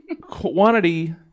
Quantity